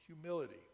humility